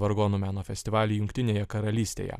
vargonų meno festivaly jungtinėje karalystėje